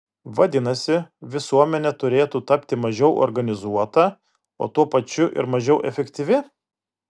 vadinasi visuomenė turėtų tapti mažiau organizuota o tuo pačiu ir mažiau efektyvi